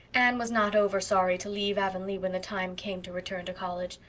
anne was not over-sorry to leave avonlea when the time came to return to college.